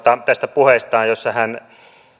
tästä puheesta jossa hän